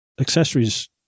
accessories